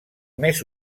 més